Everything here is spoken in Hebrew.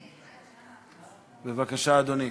בבקשה, אדוני.